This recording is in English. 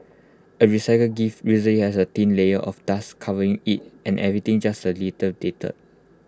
A recycled gift usually has A thin layer of dust covering IT and everything just A little data